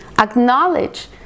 acknowledge